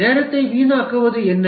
நேரத்தை வீணாக்குவது என்ன